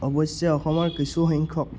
অৱশ্যে অসমৰ কিছুসংখ্যক